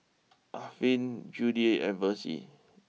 Affie Judyth and Versie